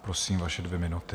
Prosím, vaše dvě minuty.